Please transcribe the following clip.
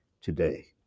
today